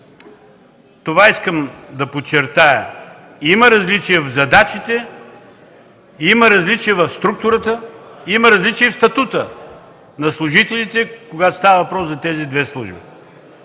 това искам да подчертая – има различие в задачите, има различие в структурата, има различие и в статута на служителите, когато става въпрос за тези две служби.